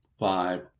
vibe